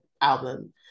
album